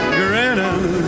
grinning